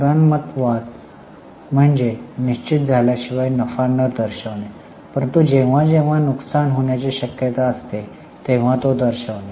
पुराणमतवाद म्हणजे निश्चित झाल्याशिवाय नफा न दर्शविने' परंतु जेव्हा जेव्हा नुकसान होण्याची शक्यता असते तेव्हा तो दर्शविने